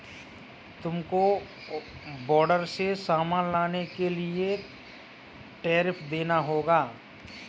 तुमको बॉर्डर से सामान लाने के लिए टैरिफ देना होगा